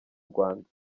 rwanda